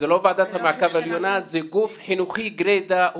המעקב העליונה, זה גוף חינוכי גרידא.